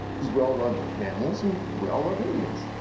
because we all love animals and we all love indians.